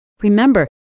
Remember